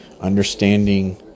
understanding